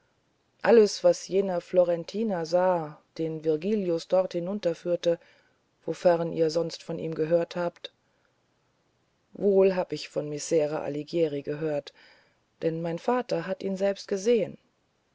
alles was jener florentiner sah den vergilius dort hinunterführte wofern ihr sonst von ihm gehört habt wohl hab ich von messere alighieri gehört denn mein vater hat ihn selbst gesehen